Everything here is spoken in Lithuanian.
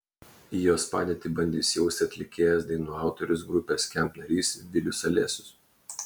į jos padėtį bandė įsijausti atlikėjas dainų autorius grupės skamp narys vilius alesius